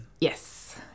Yes